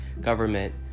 government